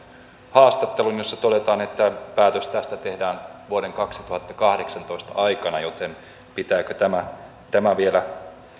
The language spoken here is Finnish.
haastattelun jossa todetaan että päätös tästä tehdään vuoden kaksituhattakahdeksantoista aikana pitääkö tämä tämä tieto vielä